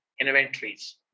inventories